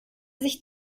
sich